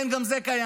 כן, גם זה קיים.